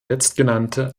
letztgenannte